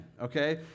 okay